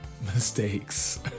mistakes